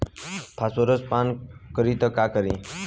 Phosphorus पान करी त का करी?